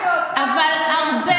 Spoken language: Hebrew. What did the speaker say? אבל הרבה,